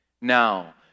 now